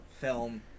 film